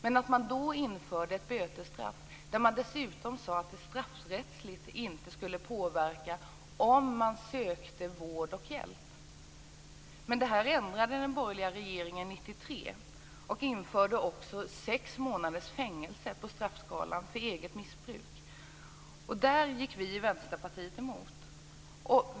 Man införde då ett bötesstraff och dessutom sade att det straffrättsligt inte skulle påverka om man sökte vård och hjälp. Det här ändrade den borgerliga regeringen 1993 och införde också sex månaders fängelse på straffskalan för eget missbruk. Där gick vi i Vänsterpartiet emot.